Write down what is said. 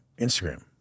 Instagram